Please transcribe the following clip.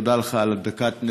תודה לך על דקת נאום.